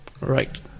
Right